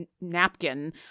napkin